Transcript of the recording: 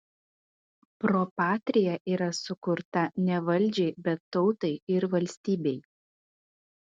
pro patria yra sukurta ne valdžiai bet tautai ir valstybei